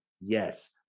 Yes